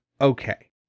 okay